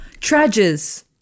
Trages